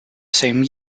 same